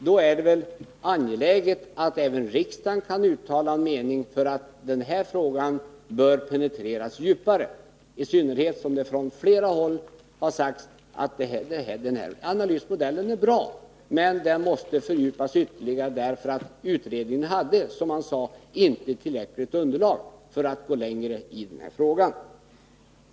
Då är det väl angeläget att även riksdagen kan uttala som sin mening att den här frågan ytterligare bör penetreras — i synnerhet som det från flera håll har sagts att analysen är bra men måste fördjupas, eftersom utredningen inte hade tillräckligt underlag för att gå längre i den här frågan.